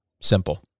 Simple